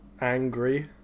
Angry